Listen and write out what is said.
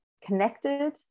connected